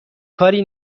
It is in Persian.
کاری